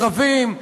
ערבים,